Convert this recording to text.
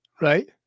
Right